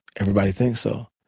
everybody thinks so.